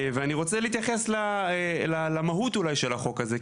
ואני רוצה להתייחס למהות אולי של החוק הזה,